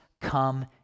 come